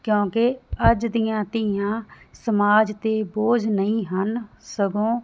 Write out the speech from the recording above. ਕਿਉਂਕਿ ਅੱਜ ਦੀਆਂ ਧੀਆਂ ਸਮਾਜ ਤੇ ਬੋਝ ਨਹੀਂ ਹਨ ਸਗੋਂ